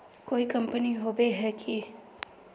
कोई कंपनी होबे है की?